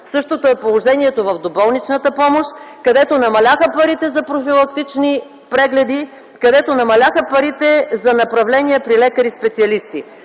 Същото е положението в доболничната помощ, където намаляха парите за профилактични прегледи, където намаляха парите за направления при лекари-специалисти.